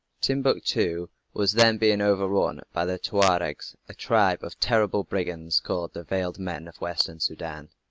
timbuctoo was then being overrun by the tuaregs, a tribe of terrible brigands called the veiled men of western soudan.